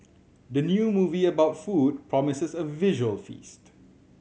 the new movie about food promises a visual feast